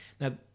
now